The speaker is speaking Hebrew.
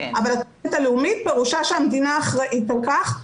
אבל התכנית הלאומית פירושה שהמדינה אחראית על כך,